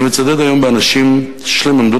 אני מצדד היום באנשים שיש להם עמדות